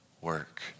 work